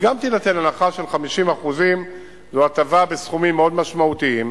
תינתן הנחה של 50%. זו הטבה בסכומים מאוד משמעותיים,